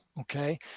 Okay